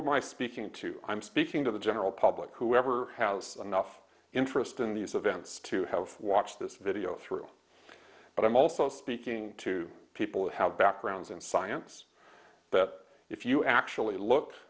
am i speaking to i'm speaking to the general public whoever house anough interest in these events to have watched this video through but i'm also speaking to people how backgrounds in science that if you actually look